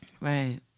right